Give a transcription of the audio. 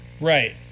Right